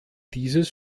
dieses